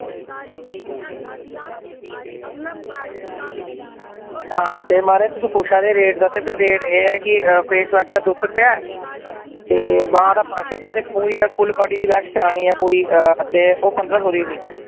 हां ते महाराज तुस पुच्छा दे हे रेट दा ते फिर रेट एह् ऐ कि फेस वाश दा दो सौ रपेआ ऐ ते बांह दा पंज सौ रपेआ ते पूरी फुल बाडी दी वैक्स करानी ऐ पूरी ते ओह् पंदरा सौ दी होनी